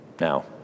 Now